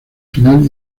final